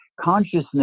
consciousness